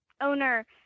owner